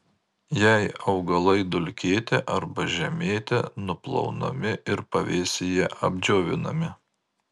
jei augalai dulkėti arba žemėti nuplaunami ir pavėsyje apdžiovinami